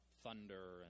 thunder